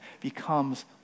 becomes